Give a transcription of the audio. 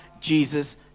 Jesus